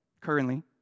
currently